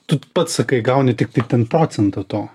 tu pats sakai gauni tiktai ten procentą to